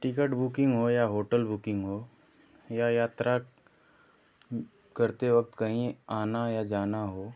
ticket booking हो या hotel booking हो या यात्रा करते वक्त कहीं आना या जाना हो